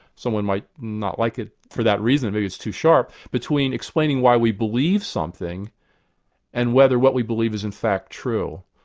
someone might not like it for that reason, maybe it's too sharp, between explaining why we believe something and whether what we believe is in fact true.